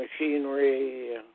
machinery